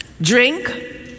drink